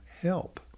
help